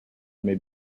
may